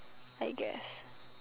I guess